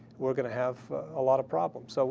we're going to have a lot of problems. so